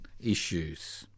issues